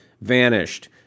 vanished